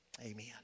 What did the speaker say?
Amen